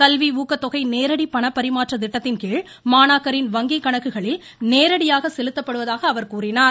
கல்வி ஊக்கத்தொகை நேரடி பணப்பரிமாற்ற திட்டத்தின்கீழ் மாணாக்கரின் வங்கி கணக்குகளில் நேரடியாக செலுத்தப்படுவதாகவும் அவர் கூறினார்